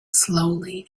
slowly